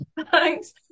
thanks